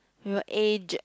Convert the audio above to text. we will age